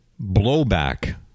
blowback